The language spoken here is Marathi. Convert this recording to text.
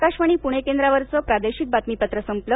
आकाशवाणी पुणे केंद्रावरचं प्रादेशिक बातमीपत्र सपलं